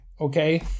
okay